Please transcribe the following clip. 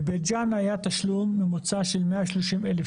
בבית ג'אן היה תשלום ממוצע של 130 אלף